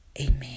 Amen